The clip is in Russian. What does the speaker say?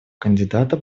кандидата